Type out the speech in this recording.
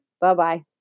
Bye-bye